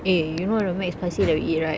eh you know the mcspicy that we eat right